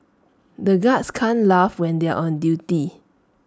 the guards can't laugh when they are on duty